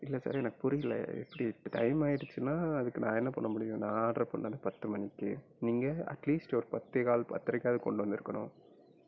இல்லை சார் எனக்கு புரியல எப்படி டைம் ஆயிடுச்சுனால் அதுக்கு நான் என்ன பண்ண முடியும் நான் ஆடரு பண்ணது பத்து மணிக்கு நீங்கள் அட்லீஸ்ட் ஒரு பத்தேகால் பத்தரைக்காவது கொண்டு வந்திருக்கணும்